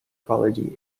quality